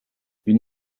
une